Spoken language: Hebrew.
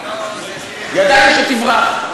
ידעתי שתברח.